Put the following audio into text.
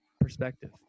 perspective